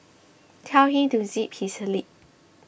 tell him to zip his lip